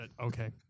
Okay